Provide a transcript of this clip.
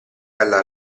alla